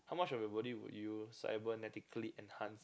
how much of your body would you cybernatically enhance